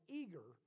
eager